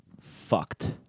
Fucked